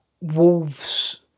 Wolves